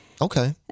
Okay